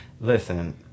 Listen